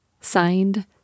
Signed